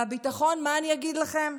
והביטחון, מה אני אגיד לכם,